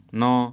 no